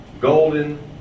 golden